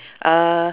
uh